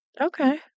Okay